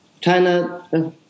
China